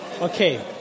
Okay